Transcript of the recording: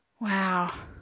Wow